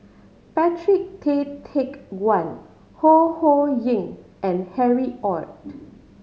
Patrick Tay Teck Guan Ho Ho Ying and Harry Ord